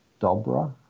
Dobra